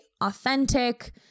authentic